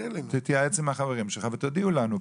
תתייעץ עם החברים שלך ותודיעו לנו.